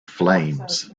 flames